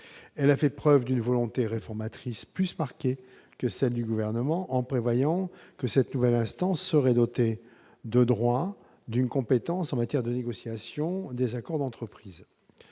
Elle a fait preuve d'une volonté réformatrice plus marquée que celle du Gouvernement, en prévoyant que cette nouvelle instance serait dotée de droit d'une compétence en matière de négociation des accords d'entreprise.